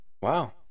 Wow